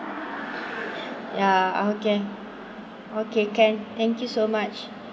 ya okay okay can thank you so much